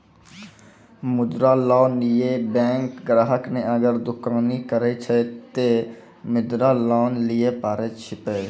मुद्रा लोन ये बैंक ग्राहक ने अगर दुकानी करे छै ते मुद्रा लोन लिए पारे छेयै?